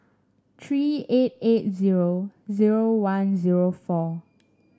three eight eight zero zero one zero four